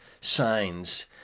signs